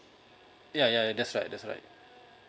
ya ya that's right that's right